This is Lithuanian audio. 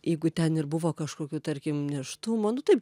jeigu ten ir buvo kažkokių tarkim nėštumo nu taip